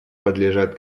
подлежат